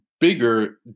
bigger